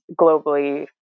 globally